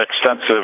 Extensive